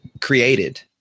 created